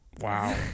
wow